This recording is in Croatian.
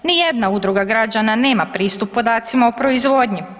Ni jedna udruga građana nema pristup podacima o proizvodnji.